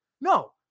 No